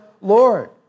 Lord